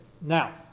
Now